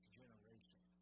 generation